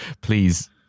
Please